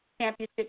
championship